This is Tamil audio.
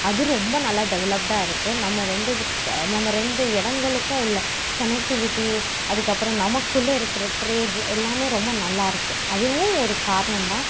அது ரொம்ப நல்லா டெவலப்டாக இருக்கு நம்ம ரெண்டு க நம்ம ரெண்டு இடங்களுக்கும் உள்ள கனெக்டிவிட்டி அதுக்கப்புறம் நமக்குள்ளே இருக்கிற ட்ரேஜ் எல்லாமே ரொம்ப நல்லா இருக்கு அதுவும் ஒரு காரணம் தான்